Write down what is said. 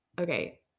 Okay